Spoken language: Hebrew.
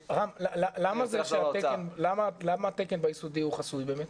רם, למה התקן ביסודי הוא חסוי באמת?